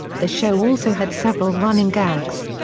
the show also had several running gags.